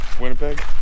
Winnipeg